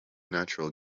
natural